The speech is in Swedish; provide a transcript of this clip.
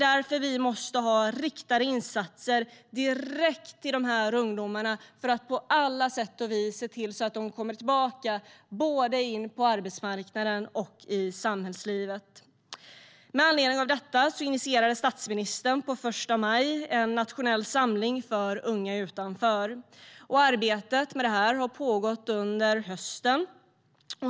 Därför måste vi ha riktade insatser direkt till de här ungdomarna för att på alla sätt och vis se till att de kommer tillbaka, både in på arbetsmarknaden och i samhällslivet. Med anledning av detta initierade statsministern på första maj en nationell samling för unga utanför. Arbetet med det har pågått under hösten.